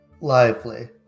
Lively